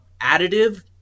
additive